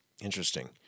Interesting